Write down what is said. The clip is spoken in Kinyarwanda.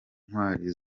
ntwari